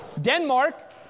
Denmark